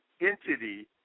entity